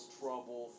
trouble